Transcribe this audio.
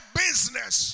business